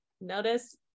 notice